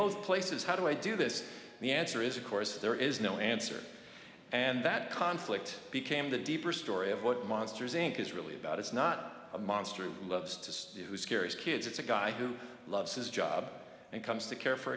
both places how do i do this the answer is of course there is no answer and that conflict became the deeper story of what monsters inc is really about it's not a monster who loves to stay who scares kids it's a guy who loves his job and comes to care for